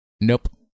Nope